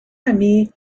ami